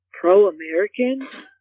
pro-American